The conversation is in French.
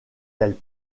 elle